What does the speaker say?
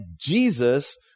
Jesus